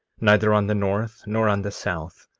neither on the north, nor on the south,